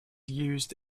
used